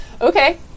Okay